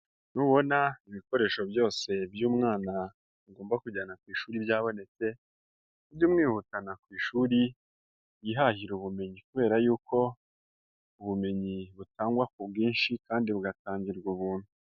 Nubona ibikoresho byose by'umwana agomba kujyana ku ishuri ryabonetse, ujye umwihutana ku ishuri yihahira ubumenyi kubera y'uko ubumenyi butangwa ku bwinshi kandi bugatangirwa ubuntu.